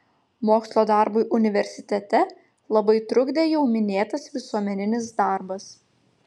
mokslo darbui universitete labai trukdė jau minėtas visuomeninis darbas